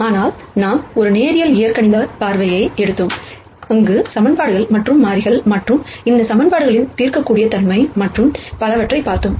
ஆனால் நாம் ஒரு லீனியர் ஆல்சீப்ரா எடுத்தோம் அங்கு சமன்பாடுகள் மற்றும் மாறிகள் மற்றும் இந்த சமன்பாடுகளின் தீர்க்கக்கூடிய தன்மை மற்றும் பலவற்றைப் பார்த்தோம்